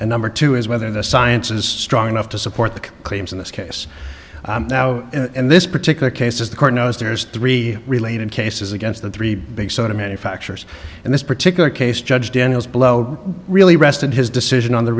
and number two is whether the sciences strong enough to support the claims in this case now in this particular case is the court knows there's three related cases against the three big soda manufacturers and this particular case judge daniel's blow really rested his decision on the